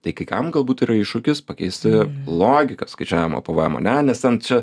tai kai kam galbūt yra iššūkis pakeisti logiką skaičiavimo pvemo ane nes ten čia